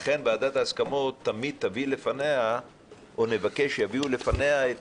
לכן ועדת ההסכמות תמיד נבקש שיביאו לפניה את